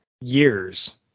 years